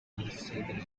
decide